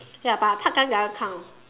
ya but I part time the other time